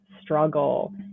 struggle